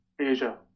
Asia